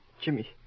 Jimmy